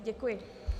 Děkuji.